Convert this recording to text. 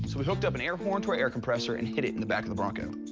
we hooked up an air horn to our air compressor and hid it in the back of the bronco.